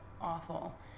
awful